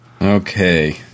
Okay